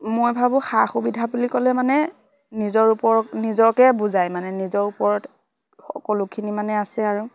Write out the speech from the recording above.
মই ভাবোঁ সা সুবিধা বুলি ক'লে মানে নিজৰ ওপৰত নিজকে বুজায় মানে নিজৰ ওপৰত সকলোখিনি মানে আছে আৰু